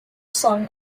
sung